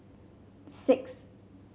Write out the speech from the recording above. six